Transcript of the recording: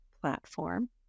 platform